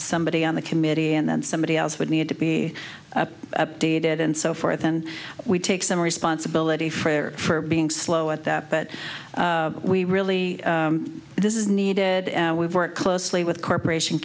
somebody on the committee and then somebody else would need to be updated and so forth and we take some responsibility for being slow at that but we really this is needed we work closely with corporation